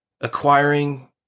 acquiring